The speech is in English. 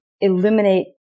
eliminate